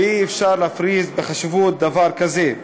ואי-אפשר להפריז בחשיבות דבר כזה.